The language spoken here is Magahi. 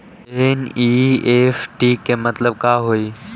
एन.ई.एफ.टी के कि मतलब होइ?